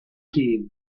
keane